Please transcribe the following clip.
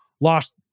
lost